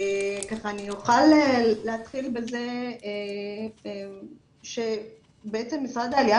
אני אוכל להתחיל בזה שבעצם משרד העלייה